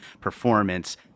performance